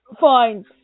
fine